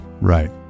right